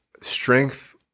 strength